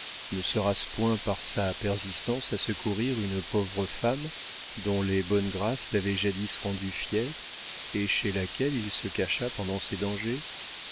ne sera-ce point par sa persistance à secourir une pauvre femme dont les bonnes grâces l'avaient jadis rendu fier et chez laquelle il se cacha pendant ses dangers